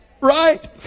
Right